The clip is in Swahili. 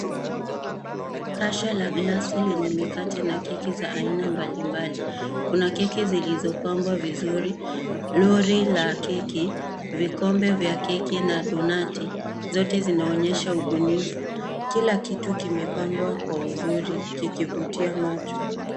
Kasha la glasi lenye mikate na keki za aina mbali mbali. Kuna keki zilizopambwa vizuri, lori la keki, vikombe vya keki na donuti, zote zinaonyesha ubunifu. Kila kitu kimepangwa na uzuri kikivutia macho.